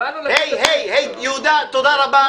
הצבענו --- הי, הי, הי, יהודה, תודה רבה.